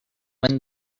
when